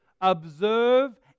Observe